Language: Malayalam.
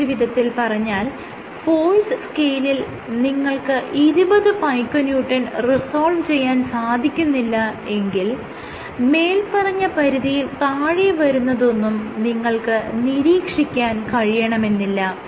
മറ്റൊരു വിധത്തിൽ പറഞ്ഞാൽ ഫോഴ്സ് സ്കെയിലിൽ നിങ്ങൾക്ക് 20 പൈക്കോന്യൂട്ടൺ റിസോൾവ് ചെയ്യാൻ സാധിക്കുന്നില്ല എങ്കിൽ മേല്പറഞ്ഞ പരിധിയിൽ താഴെ വരുന്നതൊന്നും നിങ്ങൾക്ക് നിരീക്ഷിക്കാൻ കഴിയണമെന്നില്ല